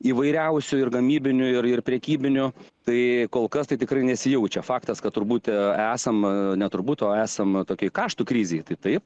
įvairiausių ir gamybinių ir prekybinių tai kol kas tai tikrai nesijaučia faktas kad turbūt esama net ir buto esama tokių karštų krizei tai taip